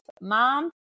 mom